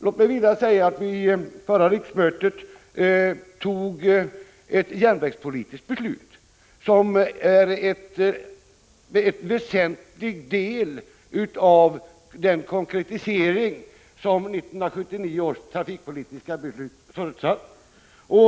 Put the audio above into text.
Låt mig vidare säga att riksdagen under förra riksmötet antog ett järnvägspolitiskt beslut, och det är en väsentlig del av den konkretisering som förutsattes i 1979 års trafikpolitiska beslut.